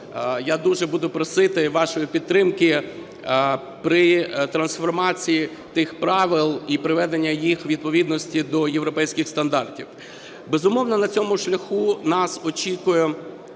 я дуже буду просити вашої підтримки при трансформації тих правил і приведення їх у відповідність до європейських стандартів. Безумовно, на цьому шляху нас очікує